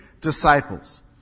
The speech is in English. disciples